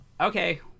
Okay